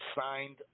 signed